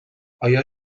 آیا